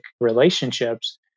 relationships